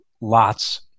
lots